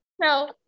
no